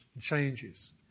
changes